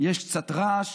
יש קצת רעש.